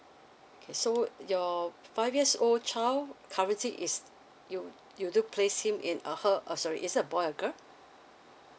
okay so your five years old child currency is you you do placing in a her uh sorry it's a boy or a girl